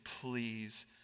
please